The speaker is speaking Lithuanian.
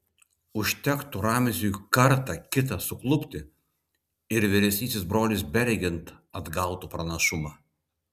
užtektų ramziui kartą kitą suklupti ir vyresnysis brolis beregint atgautų pranašumą